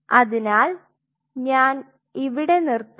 അതിനാൽ ഞാൻ ഇവിടെ നിർത്തുന്നു